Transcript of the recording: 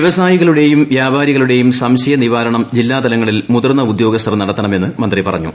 വ്യവസായികളുടെയും വ്യാപാരികളുടെയും സംശയനിവാരണം ജില്ലാതലങ്ങളിൽ മുതിർന്ന ഉദ്യോഗസ്ഥർ നടത്തണമെന്ന് മന്ത്രി പറഞ്ഞു